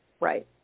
Right